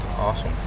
Awesome